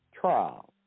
trial